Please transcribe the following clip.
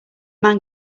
man